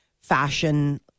fashion